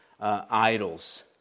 Idols